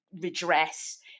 redress